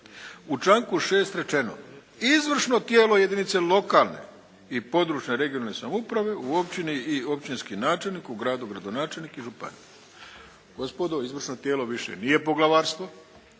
u članku 6. rečeno: "Izvršno tijelo jedinice lokalne i područne (regionalne) samouprave u općini i općinski načelnik, u gradu gradonačelnik i župan.". Gospodo, izvršno tijelo više nije poglavarstvo.